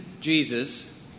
Jesus